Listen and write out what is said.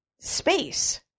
space